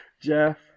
Jeff